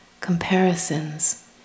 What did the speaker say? comparisons